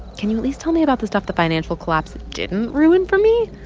can you at least tell me about the stuff the financial collapse didn't ruin for me?